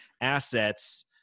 assets